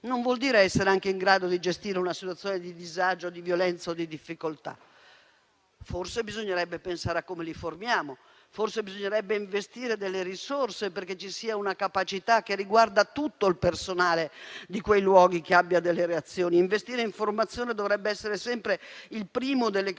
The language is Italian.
non vuol dire essere anche in grado di gestire una situazione di disagio, di violenza o di difficoltà. Forse bisognerebbe pensare a come li formiamo. Forse bisognerebbe investire delle risorse perché ci sia una capacità, che riguarda tutto il personale di quei luoghi, che abbia delle reazioni. Investire in formazione dovrebbe essere sempre il primo dei pensieri